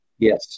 Yes